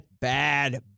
bad